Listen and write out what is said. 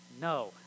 No